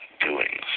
doings